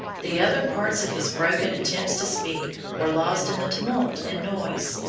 the other parts of his broken attempts to speak were lost in the tumult and noise.